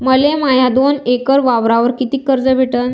मले माया दोन एकर वावरावर कितीक कर्ज भेटन?